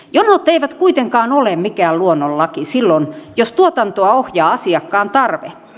jonot eivät kuitenkaan ole mikään luonnonlaki silloin jos tuotantoa ohjaa asiakkaan tarve